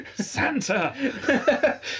Santa